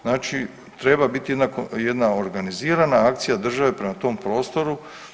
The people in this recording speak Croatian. Znači, treba biti jedna organizirana akcija države prema tom prostoru.